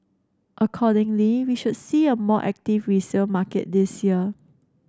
accordingly we should see a more active resale market this year